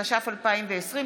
התש"ף 2020,